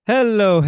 Hello